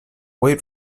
wait